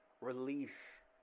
release